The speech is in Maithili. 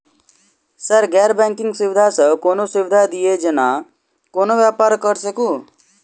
सर गैर बैंकिंग सुविधा सँ कोनों सुविधा दिए जेना कोनो व्यापार करऽ सकु?